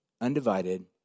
undivided